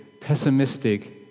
pessimistic